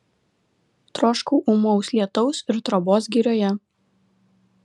troškau ūmaus lietaus ir trobos girioje